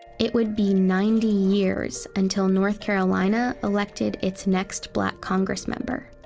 it would be ninety years until north carolina elected its next black congress member.